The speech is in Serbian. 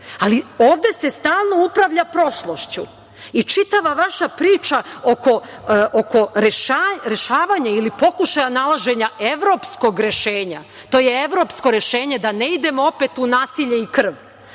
ovde se stalno upravlja prošlošću i čitava vaša priča oko rešavanja ili pokušaja nalaženja evropskog rešenja, to je evropsko rešenje, da ne idemo opet u nasilje i krv,